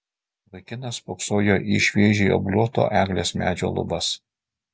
vaikinas spoksojo į šviežiai obliuoto eglės medžio lubas